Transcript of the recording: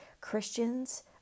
Christians